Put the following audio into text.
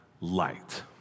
light